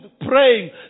praying